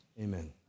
Amen